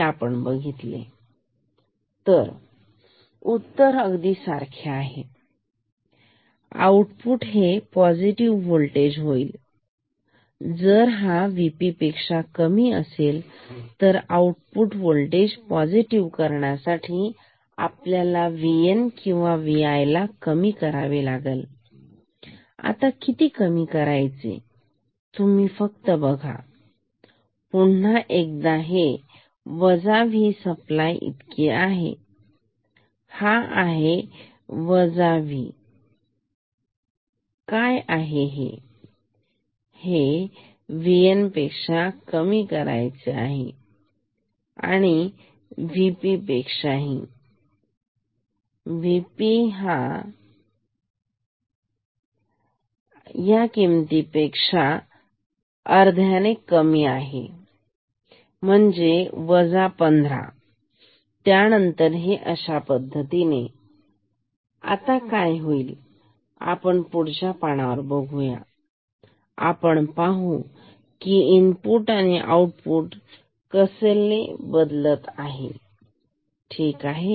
तर उत्तर अगदी सारखेच आहे आउटपुट पोसिटीव्ह वोल्टेज होईल जर हा VP पेक्षा कमी असेल तर Vo ला पॉझिटिव्ह करण्यासाठी आपल्याला VN किंवा Vi कमी करावे लागेल आता किती कमी करायचे तुम्ही फक्त बघा पुन्हा एकदा हे V सप्लाई इतके आहे तर हा आहे V काय तर तुम्हाला VN कमी करायचे आहे VP पेक्षा याचा अर्थ ह्या किमतीपेक्षा कमी किंमत आणि हे आहे 15 त्यानंतर हे अशा पद्धतीने आता काय होईल आपण पुढच्या पानावर बघूया आणि आता आपण पाहू इनपुट आणि आऊटपुट कसे बदलते ठीक आहे